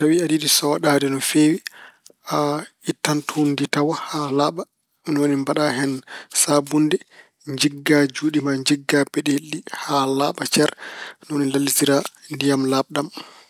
Tawi aɗa yiɗi sooɗaade no feewi, a ittan tuundi ndi tawa haa laaɓa, ni woni mbaɗa hen saabunnde, njigga juuɗe ma, njigga peɗeeli ɗi haa laaɓa cer. Ni woni lallitira ndiyam laaɓɗam.